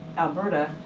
alberta,